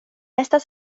estas